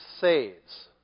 saves